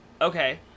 Okay